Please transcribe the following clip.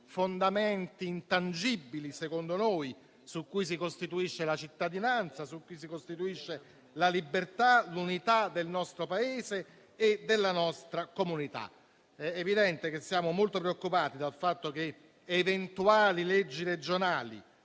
fondamenti intangibili - secondo noi - su cui si costituiscono la cittadinanza, la libertà, l'unità del nostro Paese e della nostra comunità. È evidente che siamo molto preoccupati dal fatto che eventuali leggi regionali